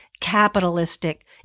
capitalistic